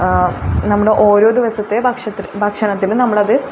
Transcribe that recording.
നമ്മൾ ഓരോ ദിവസത്തെ ഭക്ഷത്തിൽ ഭക്ഷണത്തിലും നമ്മളത്